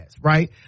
right